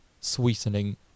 sweetening